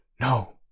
no